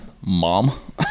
mom